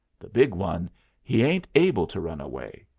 the big one he ain't able to run away.